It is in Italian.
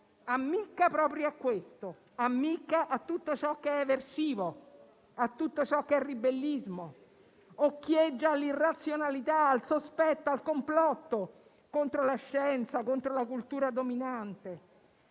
ammicca proprio a questo: a tutto ciò che è eversivo, a tutto ciò che è ribellismo, occhieggia all'irrazionalità, al sospetto, al complotto contro la scienza, contro la cultura dominante.